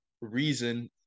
reason